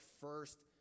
first